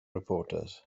reporters